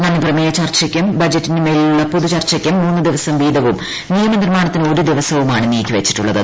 നന്ദിപ്രമേയ ചർച്ചയ്ക്കും ബജറ്റിൻമേലുള്ള പൊതുചർച്ചയ്ക്കും മൂന്നു ദിവസം വീതവും നിയമനിർമ്മാണത്തിന് ഒരു ദിവസവുമാണ് നീക്കിവച്ചിട്ടുള്ളത്